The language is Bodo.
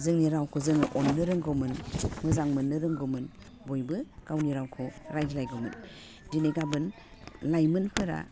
जोंनि रावखौ जोङो अननो रोंगौमोन मोजां मोननो रोंगौमोन बयबो गावनि रावखौ रायज्लायगौमोन दिनै गाबोन लाइमोनफोरा